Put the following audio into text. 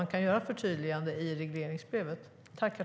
Man kan göra förtydliganden där.